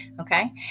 okay